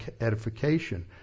edification